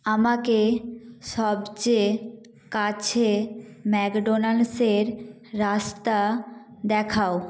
আমাকে সবচেয়ে কাছে ম্যাকডোনাল্ডসের রাস্তা দেখাও